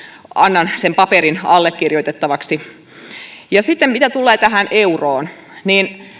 annan sen paperin allekirjoitettavaksi mitä tulee tähän euroon niin